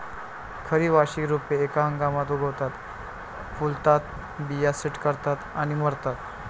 खरी वार्षिक रोपे एका हंगामात उगवतात, फुलतात, बिया सेट करतात आणि मरतात